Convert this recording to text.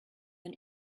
than